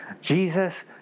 jesus